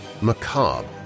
macabre